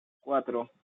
cuatro